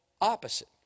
opposite